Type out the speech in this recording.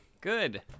Good